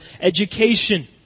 education